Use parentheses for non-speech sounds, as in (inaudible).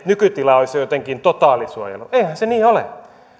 (unintelligible) nykytila olisi jotenkin totaalisuojelu eihän se niin ole